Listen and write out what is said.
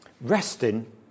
Resting